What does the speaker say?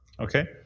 Okay